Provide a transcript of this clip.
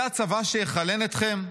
זה הצבא שיחלן אתכם?